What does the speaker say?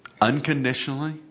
unconditionally